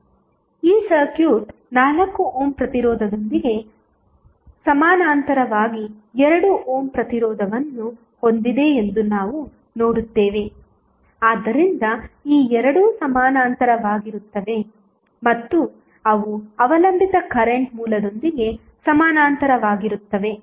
ಈ circuit 4 ohm ಪ್ರತಿರೋಧದೊಂದಿಗೆ ಸಮಾನಾಂತರವಾಗಿ 2 ಓಮ್ ಪ್ರತಿರೋಧವನ್ನು ಹೊಂದಿದೆ ಎಂದು ನಾವು ನೋಡುತ್ತೇವೆ ಆದ್ದರಿಂದ ಈ ಎರಡು ಸಮಾನಾಂತರವಾಗಿರುತ್ತವೆ ಮತ್ತು ಅವು ಅವಲಂಬಿತ ಕರೆಂಟ್ ಮೂಲದೊಂದಿಗೆ ಸಮಾನಾಂತರವಾಗಿರುತ್ತವೆ